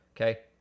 Okay